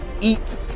eat